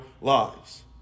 lives